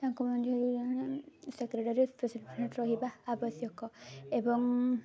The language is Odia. ତାଙ୍କ ମଧ୍ୟରେ ସେକ୍ରେଟେରୀ ପ୍ରେସିଡେଣ୍ଟ୍ ରହିବା ଆବଶ୍ୟକ ଏବଂ